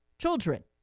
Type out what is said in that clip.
children